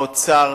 האוצר,